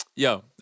Yo